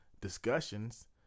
Discussions